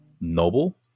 noble